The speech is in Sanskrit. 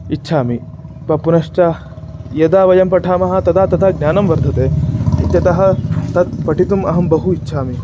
इच्छामि प् पुनश्च यदा वयं पठामः तदा तथा ज्ञानं वर्धते इत्यतः तत् पठितुम् अहं बहु इच्छामि